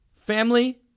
Family